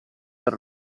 per